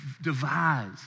devise